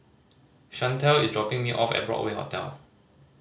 Shantel is dropping me off at Broadway Hotel